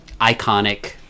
iconic